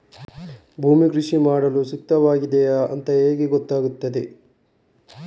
ಭೂಮಿ ಕೃಷಿ ಮಾಡಲು ಸೂಕ್ತವಾಗಿದೆಯಾ ಅಂತ ಹೇಗೆ ಗೊತ್ತಾಗುತ್ತದೆ?